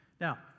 Now